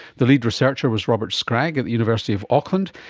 the lead researcher was robert scragg at the university of auckland.